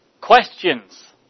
Questions